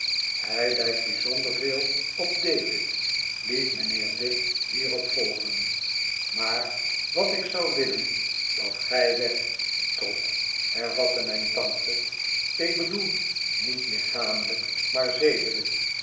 hij lijkt bijzonder veel op david liet mijnheer dick hierop volgen maar wat ik zou willen dat gij werdt trot hervatte mijn tante ik bedoel niet lichamelijk maar zedelijk